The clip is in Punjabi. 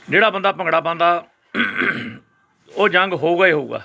ਜਿਹੜਾ ਬੰਦਾ ਭੰਗੜਾ ਪਾਉਂਦਾ ਉਹ ਜੰਗ ਹੋਵੇਗਾ ਹੀ ਹੋਵੇਗਾ